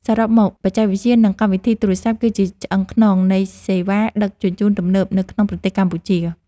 សរុបមក បច្ចេកវិទ្យា និងកម្មវិធីទូរសព្ទគឺជាឆ្អឹងខ្នងនៃសេវាដឹកជញ្ជូនទំនើបនៅក្នុងប្រទេសកម្ពុជា។